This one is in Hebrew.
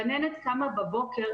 גננת קמה בבוקר,